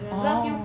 orh